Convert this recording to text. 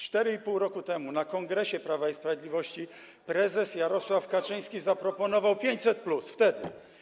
4,5 roku temu na kongresie Prawa i Sprawiedliwości prezes Jarosław Kaczyński zaproponował 500+, już wtedy.